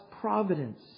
providence